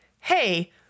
hey